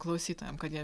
klausytojam kad jie